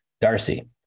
Darcy